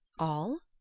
all?